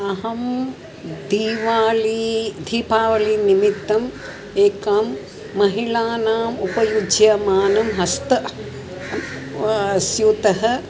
अहं दीवाली दीपावलिः निमित्तम् एकां महिलानाम् उपयुज्यमानं हस्तस्यूतः